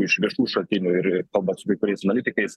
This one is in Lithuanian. iš viešų šaltinių ir ir kalbant su kai kuriais analitikais